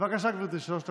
בבקשה, גברתי, שלוש דקות.